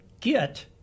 get